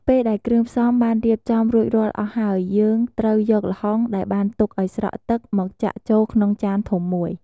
ពេលដែលគ្រឿងផ្សំបានរៀបចំរួចរាល់អស់ហើយ យើងត្រូវយកល្ហុងដែលបានទុកឱ្យស្រក់ទឹកមកចាក់ចូលក្នុងចានធំមួយ។